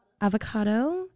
avocado